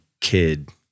kid